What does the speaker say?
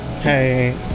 Hey